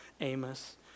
Amos